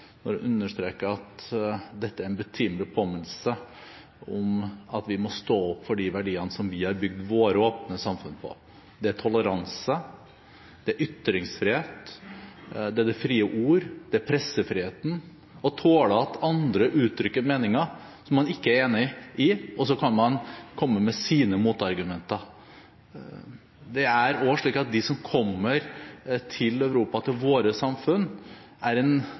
når hun understreker at dette er en betimelig påminnelse om at vi må stå opp for de verdiene som vi har bygd våre åpne samfunn på. Det er toleranse, det er ytringsfrihet, det er det frie ord, det er pressefrihet, det er å tåle at andre uttrykker meninger som man ikke er enig i, og så kan man komme med sine motargumenter. Det er også slik at de som kommer til Europa, til våre samfunn, på mange måter aksepterer en